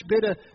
better